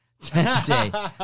Today